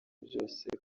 byose